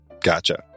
Gotcha